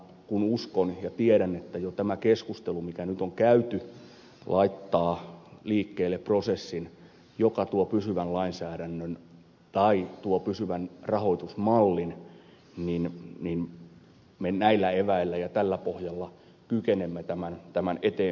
kun uskon ja tiedän että jo tämä keskustelu mikä nyt on käyty laittaa liikkeelle prosessin joka tuo pysyvän lainsäädännön tai tuo pysyvän rahoitusmallin niin me näillä eväillä ja tällä pohjalla kykenemme tämän eteenpäin viemään